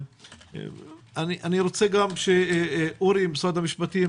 אני רוצה שאורי ממשרד המשפטים,